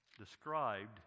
Described